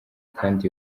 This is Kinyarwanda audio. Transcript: kandi